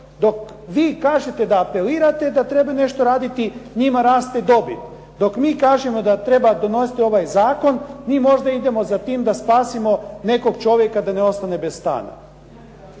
Dok vi kažete da apelirate da trebaju nešto raditi njima raste dobit. Dok mi kažemo da treba donositi ovaj zakon mi možda idemo za tim da spasimo nekog čovjeka da ne ostane bez stana.